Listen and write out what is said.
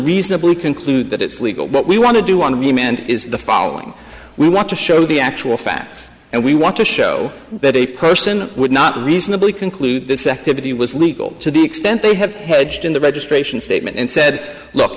reasonably conclude that it's legal but we want to do one of the manned is the following we want to show the actual facts and we want to show that a person would not reasonably conclude this activity was legal to the extent they have hedged in the registration statement and said look